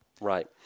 Right